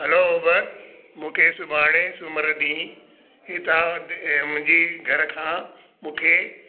hello Uber मूंखे सुभाणे सूमरु ॾींहुं हितां मुंहिंजी घर खां मूंखे